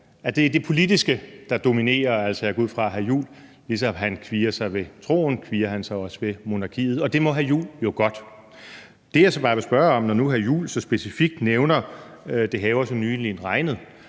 at det er det politiske, der dominerer. Altså, jeg går ud fra, at ligesom hr. Christian Juhl kvier sig ved troen, kvier han sig også ved monarkiet, og det må hr. Christian Juhl jo godt. Det, jeg så bare vil spørge om, når nu hr. Christian Juhl så specifikt nævner »Det haver så nyligen regnet«,